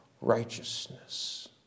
righteousness